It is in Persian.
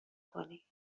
کنی